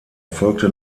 folgte